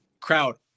crowd